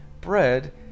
bread